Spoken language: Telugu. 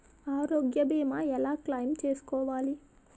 ఆరోగ్య భీమా ఎలా క్లైమ్ చేసుకోవాలి?